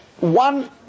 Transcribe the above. One